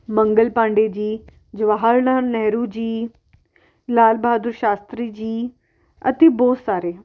ਮੰਗਲ ਪਾਂਡੇ ਜੀ ਜਵਾਹਰ ਲਾਲ ਨਹਿਰੂ ਜੀ ਲਾਲ ਬਹਾਦੁਰ ਸ਼ਾਸਤਰੀ ਜੀ ਅਤੇ ਬਹੁਤ ਸਾਰੇ